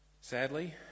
Sadly